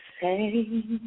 say